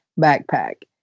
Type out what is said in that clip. backpack